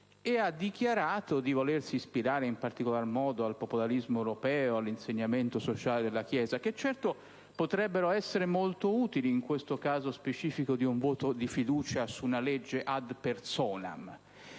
ha dichiarato di volersi ispirare in particolar modo al popolarismo europeo e all'insegnamento sociale della Chiesa, che potrebbero essere molto utili in questo caso specifico di un voto di fiducia su una legge *ad personam*.